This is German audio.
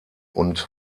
und